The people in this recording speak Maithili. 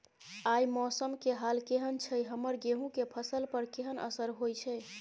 आय मौसम के हाल केहन छै हमर गेहूं के फसल पर केहन असर होय छै?